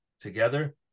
together